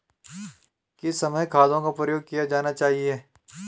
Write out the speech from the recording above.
किस समय खादों का प्रयोग किया जाना चाहिए?